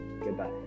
Goodbye